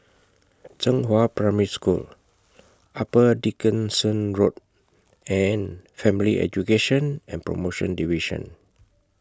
Zhenghua Primary School Upper Dickson Road and Family Education and promotion Division